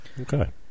Okay